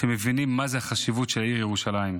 שמבינה מה החשיבות של העיר ירושלים.